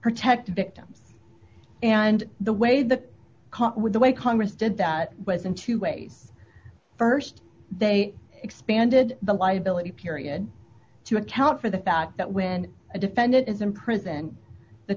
protect victims and the way that caught with the way congress did that was in two ways st they expanded the liability period to account for the fact that when a defendant is in prison the